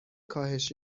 کاهش